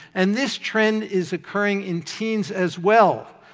and this trend is occurring in teens as well.